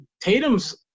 Tatum's